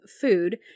food